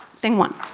thing one.